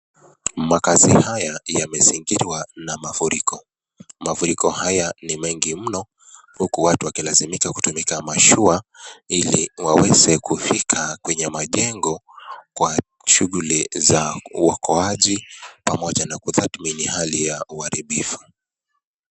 Makazi haya yamezingirwa na mafuriko. Mafuriko haya ni mengi mno huku watu wakilazimika kutumika mashua ili waweze kufika kwenye majengo kwa shughuli za uokoaji pamoja na kuthatmini hali ya uharibifu.